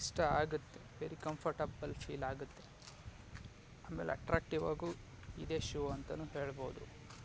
ಇಷ್ಟ ಆಗತ್ತೆ very comfortable feel ಆಗತ್ತೆ ಆಮೇಲೆ ಅಟ್ರಾಕ್ಟಿವ್ ಆಗೂ ಇದೆ ಶೂ ಅಂತಾನು ಹೇಳ್ಬೋದು